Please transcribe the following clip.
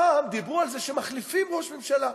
פעם דיברו על זה שמחליפים ראש ממשלה.